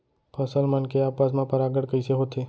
फसल मन के आपस मा परागण कइसे होथे?